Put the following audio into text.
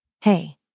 Hey